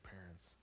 parents